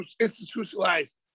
institutionalized